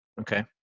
Okay